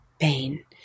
pain